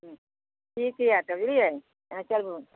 ठीक यऽ तऽ चललियै एना चलू